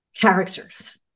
characters